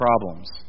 problems